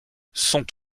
sont